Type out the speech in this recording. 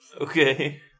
Okay